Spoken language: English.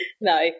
no